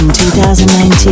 2019